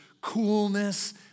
coolness